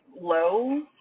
low